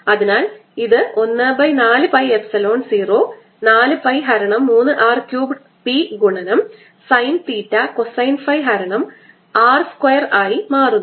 അതിനാൽ ഇത് 14 pi epsilon 0 4 pi ഹരണം 3 R ക്യൂബ്ഡ് P ഗുണനം സൈൻ തീറ്റ കൊസൈൻ ഫൈ ഹരണം r സ്ക്വയർ ആയി മാറുന്നു